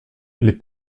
les